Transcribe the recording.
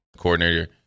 coordinator